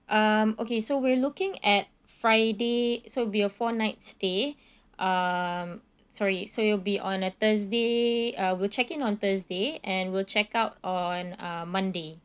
um okay so we're looking at friday so it'll be a four night stay um sorry so it'll be on a thursday uh we'll check in on thursday and we'll check out on uh monday